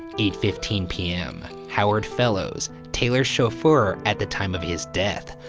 eight fifteen p m. howard fellows, taylor's chauffeur at the time of his death,